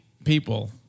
people